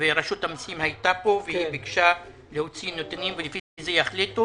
ורשות המיסים היתה פה וביקשה להוציא נתונים ולפי זה יחליטו?